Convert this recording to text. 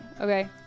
Okay